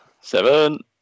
Seven